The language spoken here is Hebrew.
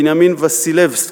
בנימין וסילבסקי,